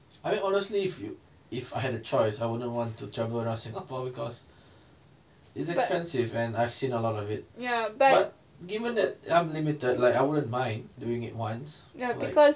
I mean honestly if you if I had a choice I wouldn't want to travel around singapore because it's expensive and I've seen a lot of it ya but given that I'm limited like I wouldn't mind doing it once like